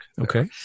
Okay